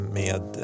med